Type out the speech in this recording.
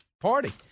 party